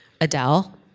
Adele